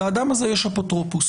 לאדם הזה יש אפוטרופוס.